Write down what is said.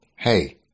Hey